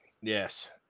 yes